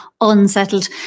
unsettled